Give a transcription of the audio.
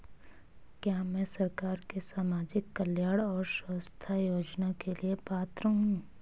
क्या मैं सरकार के सामाजिक कल्याण और स्वास्थ्य योजना के लिए पात्र हूं?